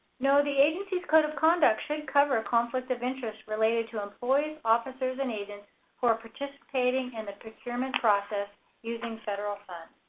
no, the agency's code of conduct should cover conflict of interest related to employees, officers, and agents who are participating in the procurement process using federal funds.